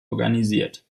organisiert